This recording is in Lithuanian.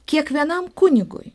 kiekvienam kunigui